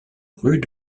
rue